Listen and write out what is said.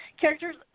characters